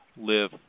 live